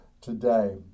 today